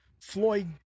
Floyd